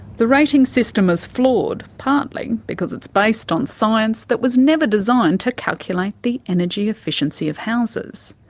the rating system is flawed partly because it's based on science that was never designed to calculate the energy efficiency of houses.